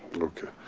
okay